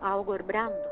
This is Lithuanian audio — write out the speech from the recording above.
augo ir brendo